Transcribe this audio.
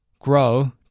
grow